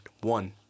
One